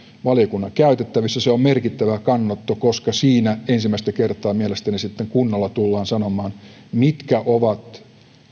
valiokunnan käytettävissä se on merkittävä kannanotto koska siinä ensimmäistä kertaa mielestäni sitten kunnolla tullaan sanomaan mitkä ovat